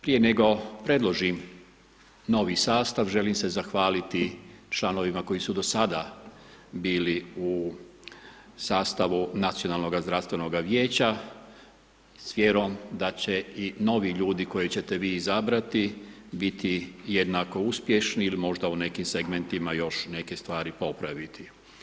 Prije nego predložim novi sastav želim se zahvaliti članovima koji su do sada bili u sastavu Nacionalnoga zdravstvenoga vijeća s vjerom da će i novi ljudi koje ćete vi izabrati biti jednako uspješni ili možda u nekim segmentima još neke stvari popraviti.